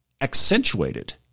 accentuated